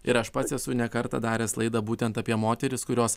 ir aš pats esu ne kartą daręs laidą būtent apie moteris kurios